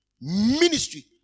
ministry